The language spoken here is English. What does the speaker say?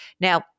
Now